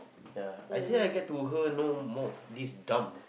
ya actually I get to her know more this gum